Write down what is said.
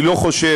אני לא חושב,